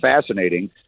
fascinating